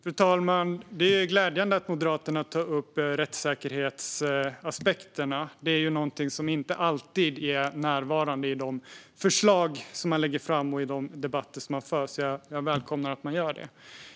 Fru talman! Det är glädjande att Moderaterna tar upp rättssäkerhetsaspekterna. Det är något som inte alltid är närvarande i de förslag som läggs fram och de debatter som förs. Jag välkomnar att man tar upp dessa frågor.